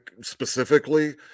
specifically